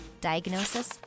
Diagnosis